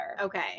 okay